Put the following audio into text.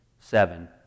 Seven